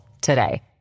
today